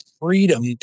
freedom